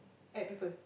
at people